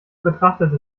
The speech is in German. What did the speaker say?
betrachtete